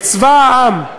את צבא העם,